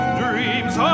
dreams